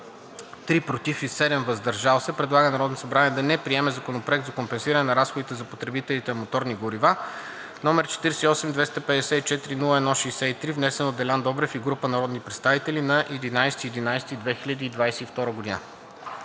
3 „против“ и 7 „въздържал се“ предлага на Народното събрание да не приеме Законопроект за компенсиране на разходите на потребителите на моторни горива № 48-254-01-63, внесен от Делян Добрев и група народни представители на 11 ноември